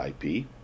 IP